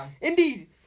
indeed